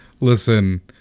Listen